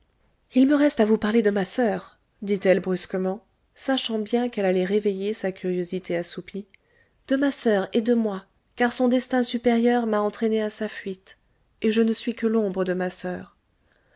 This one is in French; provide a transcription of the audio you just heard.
il me reste à vous parler de ma soeur dit-elle brusquement sachant bien qu'elle allait réveiller sa curiosité assoupie de ma soeur et de moi car son destin supérieur m'a entraîné à sa suite et je ne suis que l'ombre de ma soeur